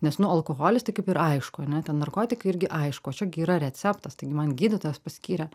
nes nu alkoholis tai kaip ir aišku ane ten narkotikai irgi aišku o čia gi yra receptas taigi man gydytojas paskyrė